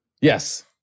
Yes